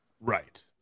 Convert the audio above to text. Right